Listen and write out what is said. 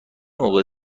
موقع